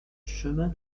chemin